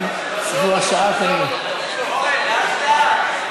אורן, לאט-לאט.